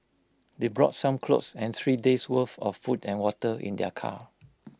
they brought some clothes and three days' worth of food and water in their car